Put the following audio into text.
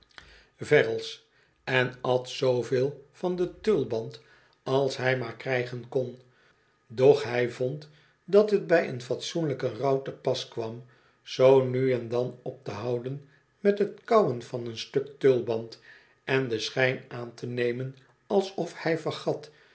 en at zooveel van den tulband als hij maar krijgen kon doch hij vond dat het bij een fatsoenlijken rouw te pas kwam zoo nu en dan op te houden met t kauwen van een stuk tulband en den schijn aan te nemen alsof hij vergat